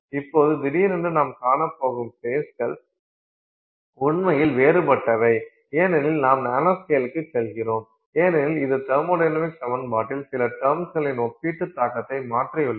இப்போது திடீரென்று நாம் காணப்போகும் ஃபேஸ்கள் உண்மையில் வேறுபட்டவை ஏனெனில் நாம் நானோஸ்கேலுக்குச் செல்கிறோம் ஏனெனில் இது தெர்மொடைனமிக்ஸ் சமன்பாட்டில் சில ட்ம்ஸ்களின் ஒப்பீட்டு தாக்கத்தை மாற்றியுள்ளது